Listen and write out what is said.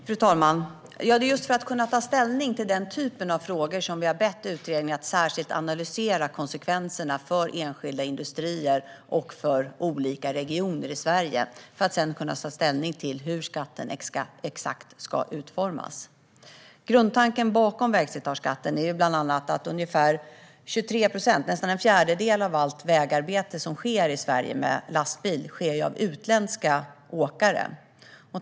Fru talman! Det är just för att kunna ta ställning till denna typ av frågor som vi har bett utredningen att särskilt analysera konsekvenserna för enskilda industrier och för olika regioner i Sverige. Vi kan sedan ta ställning till exakt hur skatten ska utformas. Ungefär 23 procent - nästan en fjärdedel - av allt vägarbete som sker i Sverige med lastbil utförs av utländska åkare.